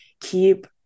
keep